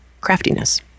craftiness